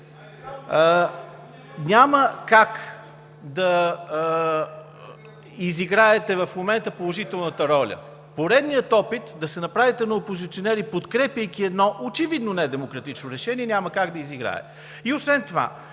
няма как да изиграете в момента положителната роля. Поредният опит да се направите на опозиционери, подкрепяйки едно очевидно недемократично решение, няма как да изиграете. Освен това